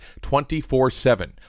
24-7